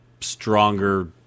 stronger